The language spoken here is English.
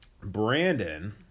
Brandon